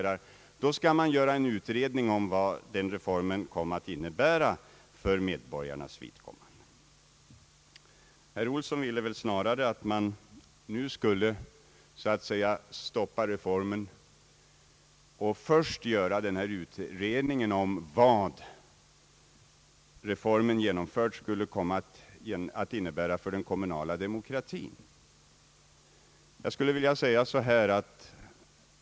Herr Olsson har ändå sagt att han förstår nödvändigheten av den här reformen, och han vill väl snarare att man nu skulle så att säga stoppa reformen och först göra utredningen om vad reformen, sedan den genomförts, skulle komma att innebära för den kommunala demokratin.